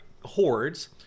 hordes